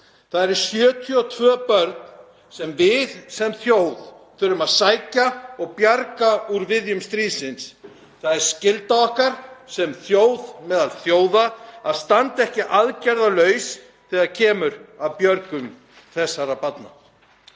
Það eru 72 börn sem við sem þjóð þurfum að sækja og bjarga úr viðjum stríðsins. Það er skylda okkar sem þjóðar meðal þjóða að standa ekki aðgerðalaus hjá þegar kemur að björgun þessara barna.